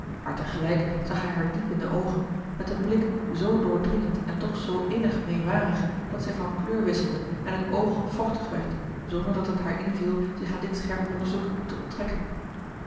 maar tegelijk zag hij haar diep in de oogen met een blik zoo doordringend en toch zoo innig meêwarig dat zij van kleur wisselde en het oog vochtig werd zonderdat het haar inviel zich aan dit scherp onderzoek te onttrekken